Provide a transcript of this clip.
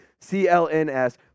CLNS